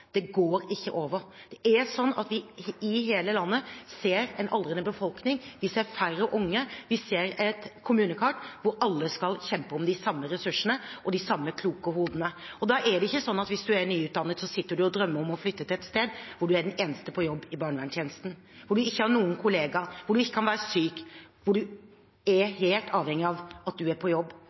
Det går ikke over – det er slik at vi i hele landet ser en aldrende befolkning. Vi ser færre unge, vi ser et kommunekart hvor alle skal kjempe om de samme ressursene og de samme kloke hodene. Da er det ikke slik at hvis man er nyutdannet, sitter man og drømmer om å flytte til et sted hvor man er den eneste på jobb i barnevernstjenesten, hvor man ikke har noen kollegaer, hvor man ikke kan være syk – hvor en er helt avhengig av at du er på jobb.